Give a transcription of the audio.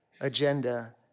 agenda